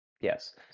Yes